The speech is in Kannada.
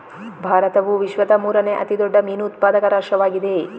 ಭಾರತವು ವಿಶ್ವದ ಮೂರನೇ ಅತಿ ದೊಡ್ಡ ಮೀನು ಉತ್ಪಾದಕ ರಾಷ್ಟ್ರವಾಗಿದೆ